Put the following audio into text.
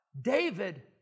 David